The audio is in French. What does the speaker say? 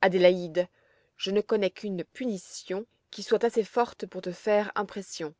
adélaïde je ne connais qu'une punition qui soit assez forte pour te faire impression